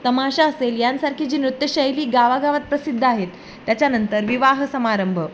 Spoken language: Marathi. तमाशा असेल यांसारखी जी नृत्यशैली गावागावात प्रसिद्ध आहेत त्याच्यानंतर विवाह समारंभ